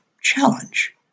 challenge